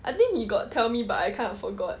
I think he got tell me but I kind of forgot